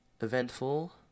eventful